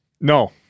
No